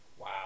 wow